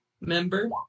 member